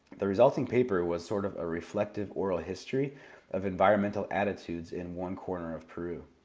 the resulting paper was sort of a reflective oral history of environmental attitudes in one corner of peru.